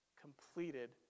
completed